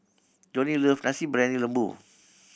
Johnnie love Nasi Briyani Lembu